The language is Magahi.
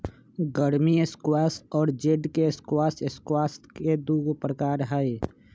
गर्मी स्क्वाश और जेड के स्क्वाश स्क्वाश के दु प्रकार हई